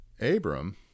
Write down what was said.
Abram